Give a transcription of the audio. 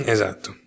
Esatto